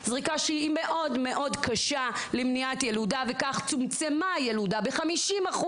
זריקה למניעת ילודה שגרמה לצמצום הילודה ב-50,